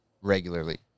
regularly